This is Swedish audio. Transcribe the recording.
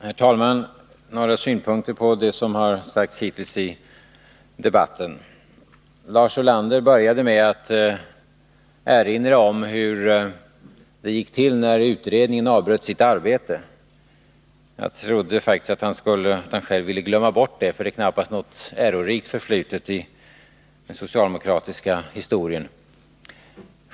Herr talman! Några synpunkter på det som har sagts hittills i debatten. Lars Ulander började med att erinra om hur det gick till när utredningen avbröt sitt arbete. Jag trodde faktiskt att han ville glömma bort detta, eftersom det knappast är något ärorikt förflutet i den socialdemokratiska historien.